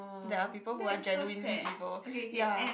ya there are people who are genuinely evil